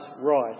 right